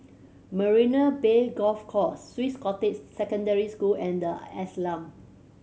Marina Bay Golf Course Swiss Cottage Secondary School and The Ashram